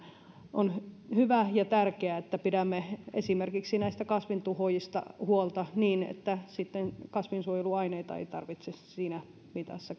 on hyvä ja tärkeää että pidämme esimerkiksi näistä kasvintuhoojista huolta niin että kasvinsuojeluaineita ei tarvitse sitten käyttää jatkossakaan siinä mitassa